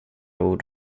ord